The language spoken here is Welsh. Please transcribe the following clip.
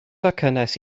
cynnes